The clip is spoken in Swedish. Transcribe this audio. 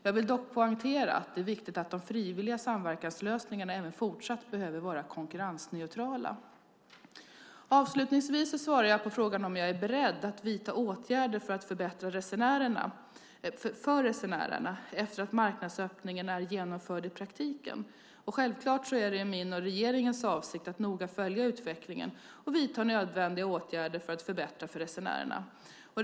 Jag vill dock poängtera att det är viktigt att de frivilliga samverkanslösningarna även fortsatt behöver vara konkurrensneutrala. Avslutningsvis svarar jag på frågan om jag är beredd att vidta åtgärder för att förbättra för resenärerna efter att marknadsöppningen är genomförd i praktiken. Självklart är det min och regeringens avsikt att noga följa utvecklingen och vidta nödvändiga åtgärder för att förbättra för resenärerna.